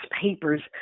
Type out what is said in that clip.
papers